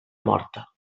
morta